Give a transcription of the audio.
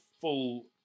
full